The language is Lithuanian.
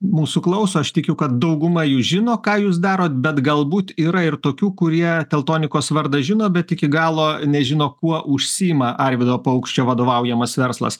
mūsų klauso aš tikiu kad dauguma jų žino ką jūs darot bet galbūt yra ir tokių kurie teltonikos vardą žino bet iki galo nežino kuo užsiima arvydo paukščio vadovaujamas verslas